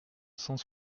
cent